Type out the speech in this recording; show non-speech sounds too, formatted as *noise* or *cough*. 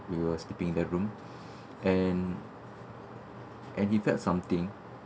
like we were sleeping that room *breath* and and he felt something